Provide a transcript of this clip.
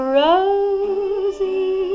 rosy